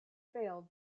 failed